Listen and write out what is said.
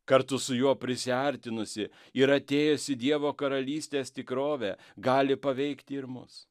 kartu su juo prisiartinusi ir atėjusi dievo karalystės tikrovė gali paveikti ir mus